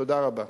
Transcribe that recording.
תודה רבה.